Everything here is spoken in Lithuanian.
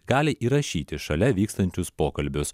gali įrašyti šalia vykstančius pokalbius